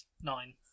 nine